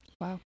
Wow